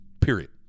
Period